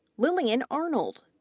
lillian arnold.